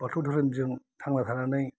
बाथौ धोरोमजों थांना थानानै